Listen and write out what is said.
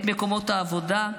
את מקומות העבודה,